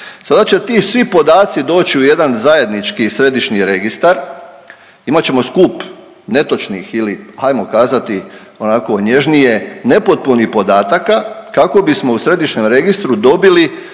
Sada će ti svi podaci doći u jedan zajednički središnji registar, imat ćemo skup netočnih ili hajmo kazati onako nježnije nepotpunih podataka kako bismo u središnjem registru dobili